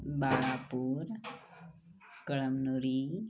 Balapur Kalamnuri